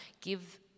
Give